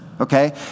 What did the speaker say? Okay